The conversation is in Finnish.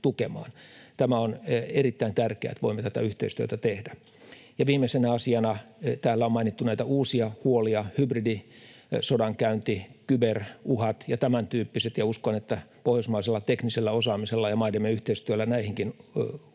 Tämä on erittäin tärkeää, että voimme tätä yhteistyötä tehdä. Ja viimeisenä asiana: Täällä on mainittu näitä uusia huolia — hybridisodankäynti, ky-beruhat ja tämäntyyppiset — ja uskon, että pohjoismaisella teknisellä osaamisella ja maidemme yhteistyöllä näihinkin uhkiin